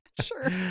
Sure